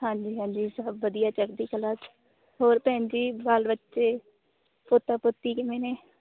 ਹਾਂਜੀ ਹਾਂਜੀ ਸਭ ਵਧੀਆ ਚੜ੍ਹਦੀ ਕਲਾ 'ਚ ਹੋਰ ਭੈਣ ਜੀ ਬਾਲ ਬੱਚੇ ਪੋਤਾ ਪੋਤੀ ਕਿਵੇਂ ਨੇ